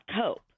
cope